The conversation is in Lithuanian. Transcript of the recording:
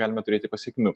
galime turėti pasekmių